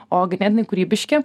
o ganėtinai kūrybiški